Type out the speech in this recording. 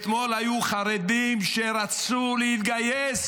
אתמול היו חרדים שרצו להתגייס,